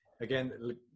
again